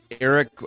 Eric